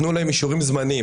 תנו להם אישורים זמניים,